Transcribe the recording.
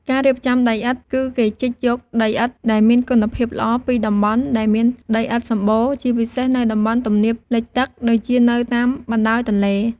ការរៀបចំដីឥដ្ឋ គឺគេជីកយកដីឥដ្ឋដែលមានគុណភាពល្អពីតំបន់ដែលមានដីឥដ្ឋសម្បូរ ជាពិសេសនៅតំបន់ទំនាបលិចទឹក ដូចជានៅតាមបណ្តោយទន្លេ។